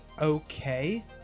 okay